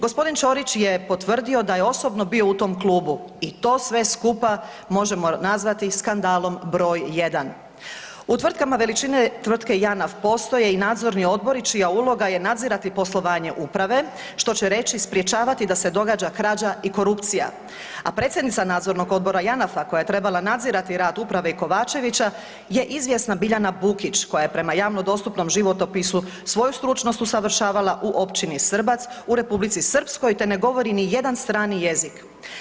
G. Ćorić je potvrdio da je osobno bio u tom klubu i to sve skupa možemo nazvati skandalom br. 1. U tvrtkama veličine tvrtke JANAF postoje i nadzorni odbori čija uloga je nadzirati poslovanje uprave, što će reći, sprječavati da se događa krađa i korupcija, a predsjednica nadzornog odbora JANAF-a koja je trebala nadzirati rad uprave i Kovačevića je izvjesna Biljana Bukić koja je prema javno dostupnom životopisu svoju stručnost usavršavala u općini Srbac u R. Srpskoj te ne govori nijedan strani jezik.